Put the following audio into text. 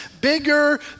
bigger